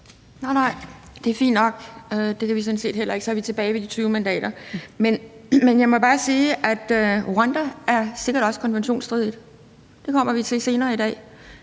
heller ikke. Så er vi tilbage til de 20 mandater. Men jeg må bare sige, at Rwanda sikkert også er konventionsstridigt – det kommer vi til senere i dag.